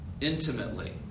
intimately